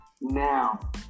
now